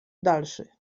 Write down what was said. dalszy